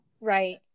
right